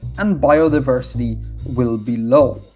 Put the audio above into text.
and biodiversity will be low.